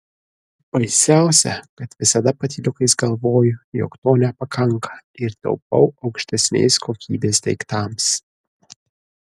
baisiausia kad visada patyliukais galvoju jog to nepakanka ir taupau aukštesnės kokybės daiktams